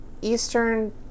Eastern